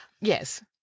Yes